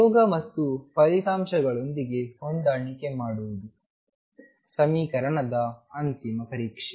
ಪ್ರಯೋಗ ಮತ್ತು ಫಲಿತಾಂಶಗಳೊಂದಿಗೆ ಹೊಂದಾಣಿಕೆ ಮಾಡುವುದು ಸಮೀಕರಣದ ಅಂತಿಮ ಪರೀಕ್ಷೆ